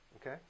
okay